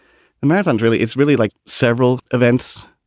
the marathon really is really like several events.